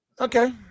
okay